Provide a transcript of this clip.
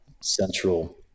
central